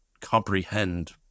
comprehend